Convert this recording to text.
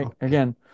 Again